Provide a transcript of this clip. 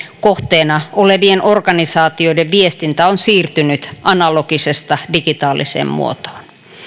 kohteena olevien organisaatioiden viestintä on siirtynyt analogisesta digitaaliseen muotoon